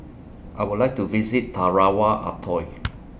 I Would like to visit Tarawa Atoll